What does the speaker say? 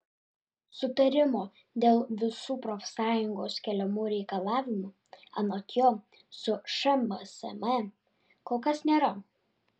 sutarimo dėl visų profsąjungos keliamų reikalavimų anot jo su šmsm kol kas nėra